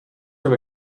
from